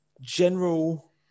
general